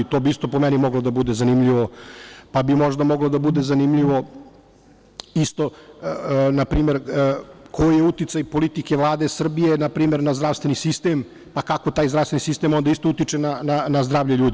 To bi isto, po meni, moglo da bude zanimljivo, pa bi možda moglo da bude zanimljivo isto, koji je uticaj politike Vlade Srbije na zdravstveni sistem, pa kako taj zdravstveni sistem utiče na zdravlje ljudi.